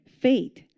Faith